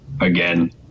again